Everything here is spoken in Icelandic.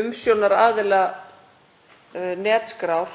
inn til að fletta annarri manneskju upp í þjóðskrá eða fasteignaskrá?